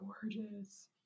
gorgeous